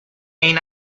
این